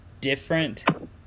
different